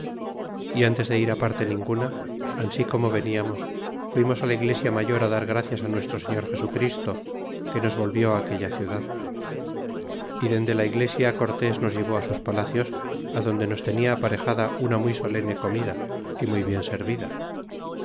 y antes de ir parte ninguna ansi como veniamos fuimos la iglesia mayor á dar gracias nuestro señor desu christo que nos volvió aquella ciudad y dende la iglesia cortés nos llevó sus palacios adonde nos tenia aparejada una muy solene comida é muy bien servida